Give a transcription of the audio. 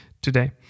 today